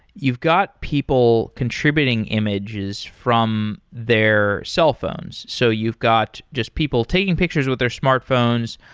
you've got people contributing images from their cellphones. so you've got just people taking pictures with their smartphones.